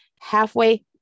halfway